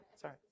sorry